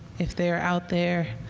if they're out there,